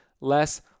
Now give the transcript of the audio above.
less